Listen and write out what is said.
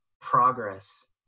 progress